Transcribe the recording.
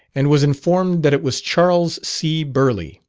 and was informed that it was charles c. burleigh.